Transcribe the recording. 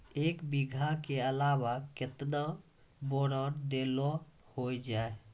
एक बीघा के अलावा केतना बोरान देलो हो जाए?